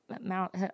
Mount